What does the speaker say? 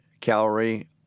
calorie